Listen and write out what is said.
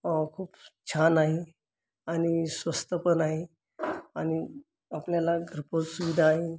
खूप छान आहे आणि स्वस्त पण आहे आणि आपल्याला घरपोच सुविधा आहे